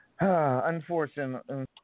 Unfortunately